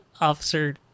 Officer